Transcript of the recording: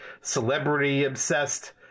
celebrity-obsessed